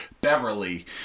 Beverly